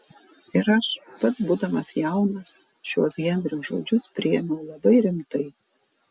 ir aš pats būdamas jaunas šiuos henrio žodžius priėmiau labai rimtai